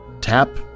Tap